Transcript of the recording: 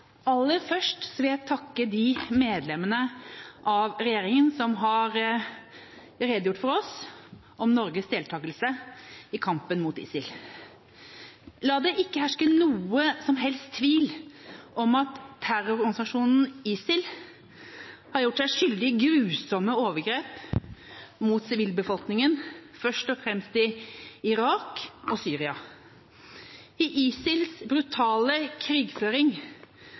Aller først vil jeg takke de medlemmene av regjeringa som har redegjort for oss om Norges deltagelse i kampen mot ISIL. La det ikke herske noen som helst tvil om at terrororganisasjonen ISIL har gjort seg skyldig i grusomme overgrep mot sivilbefolkningen, først og fremst i Irak og Syria. I ISILs brutale krigføring